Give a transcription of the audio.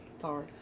Sorry